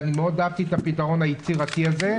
ואהבתי מאוד את הפתרון היצירתי הזה,